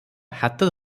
ହାତ